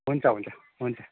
हुन्छ हुन्छ हुन्छ